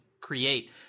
create